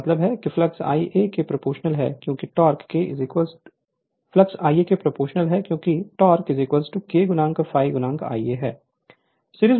इसका मतलब है कि फ्लक्स Ia के प्रोपोर्शनल है क्योंकि टोक़ K ∅ Ia है